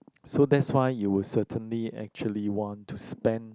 so that's why you would certainly actually want to spend